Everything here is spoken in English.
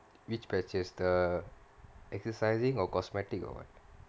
which patches the exercising or cosmetic or what